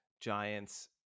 Giants